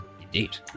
Indeed